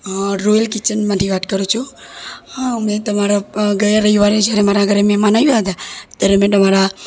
હા રોયલ કિચનમાંથી વાત કરો છો હા મેં તમારા ગયા રવિવારે જ્યારે મારા ઘરે મહેમાન આવ્યા જતા ત્યારે મેં તમારા